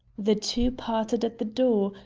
the two parted at the door,